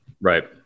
Right